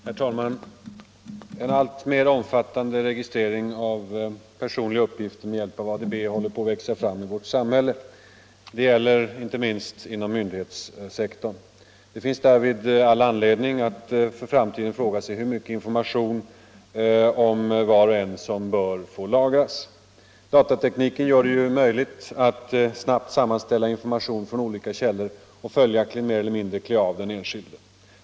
Herr talman! En alltmer omfattande registrering av personuppgifter med hjälp av ADB håller på att växa fram i vårt samhälle. Detta gäller inte minst inom myndighetssektorn. Därför finns det all anledning att fråga sig hur mycket information om var och en som bör få lagras i framtiden. Datatekniken gör det möjligt att snabbt sammanställa information från olika källor och att mer eller mindre klä av den enskilde.